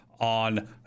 on